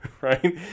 right